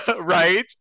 right